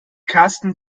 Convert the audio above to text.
karsten